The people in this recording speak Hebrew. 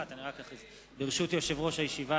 ברשות יושב-ראש הישיבה,